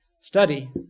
study